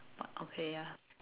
but okay ya